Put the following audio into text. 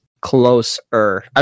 Closer